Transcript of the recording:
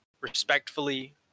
respectfully